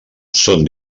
són